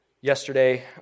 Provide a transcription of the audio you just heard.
Yesterday